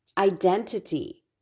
identity